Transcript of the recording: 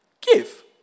give